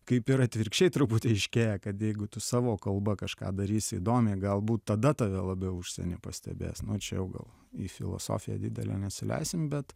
kaip ir atvirkščiai truputį aiškėja kad jeigu tu savo kalba kažką darysi įdomiai galbūt tada tave labiau užsieny pastebės nu čia jau gal į filosofiją didelę nesileisim bet